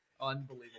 Unbelievable